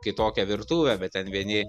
kitokią virtuvę bet ten vieni